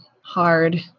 hard